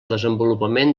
desenvolupament